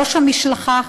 ראש המשלחת,